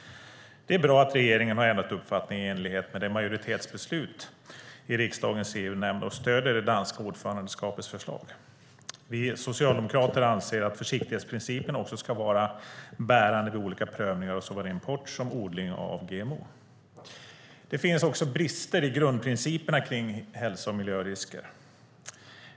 Det är bra att regeringen har ändrat uppfattning i enlighet med majoritetsbeslutet i riksdagens EU-nämnd och stöder det danska ordförandeskapets förslag. Vi socialdemokrater anser att försiktighetsprincipen också ska vara bärande vid olika prövningar av såväl import som odling av GMO. Det finns även brister i grundprinciperna kring hälso och miljörisker.